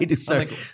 Sorry